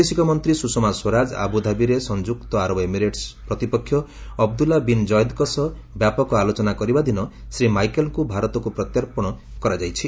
ବୈଦେଶିକ ମନ୍ତ୍ରୀ ସୁଷମା ସ୍ୱରାଜ ଆବୁଧାବିରେ ସଂଯୁକ୍ତ ଆରବ ଏମିରେଟ୍ସ୍ ପ୍ରତିପକ୍ଷ ଅବୁଦୁଲ୍ଲ ବିନ୍ ଜୟେଦ୍ଙ୍କ ସହ ବ୍ୟାପକ ଆଲୋଚନା କରିବା ଦିନ ଶ୍ରୀ ମାଇକେଲ୍ଙ୍କୁ ଭାରତକୁ ପ୍ରତ୍ୟାର୍ପଣ କରାଯାଇଛି